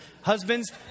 Husbands